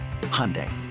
Hyundai